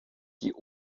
die